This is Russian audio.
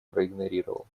проигнорировал